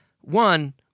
one